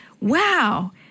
Wow